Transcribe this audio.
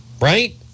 Right